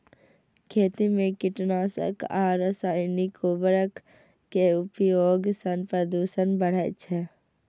खेती मे कीटनाशक आ रासायनिक उर्वरक के उपयोग सं प्रदूषण बढ़ै छै